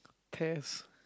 test